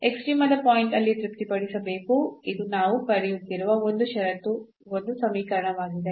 ಎಕ್ಸ್ಟ್ರೀಮದ point ಅಲ್ಲಿ ತೃಪ್ತಿಪಡಿಸಬೇಕು ಇದು ನಾವು ಪಡೆಯುತ್ತಿರುವ ಒಂದು ಷರತ್ತು ಒಂದು ಸಮೀಕರಣವಾಗಿದೆ